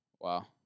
Wow